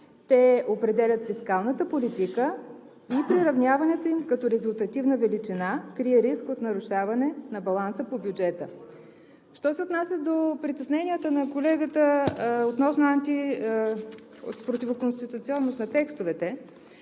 те определят фискалната политика и приравняването им, като резултативната величина крие риск от нарушаване на баланса по бюджета. Що се отнася до притесненията на колегата относно противоконституционност на текстовете,